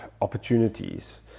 opportunities